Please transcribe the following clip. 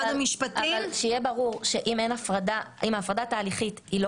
שיהיה ברור שאם ההפרה התהליכית היא לא